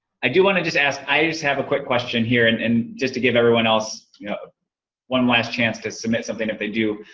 i do wanna just ask, i just have a quick question here, and and just to give everyone else yeah one last chance to submit something if they do.